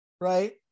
right